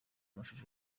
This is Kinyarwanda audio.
mashusho